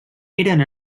eren